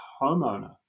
homeowner